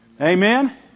Amen